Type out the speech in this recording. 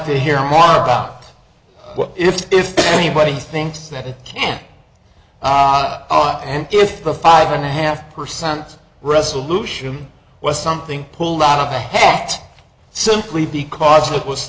to hear more about what if anybody thinks that it can and if the five and a half percent resolution was something pulled out of the hat simply because it was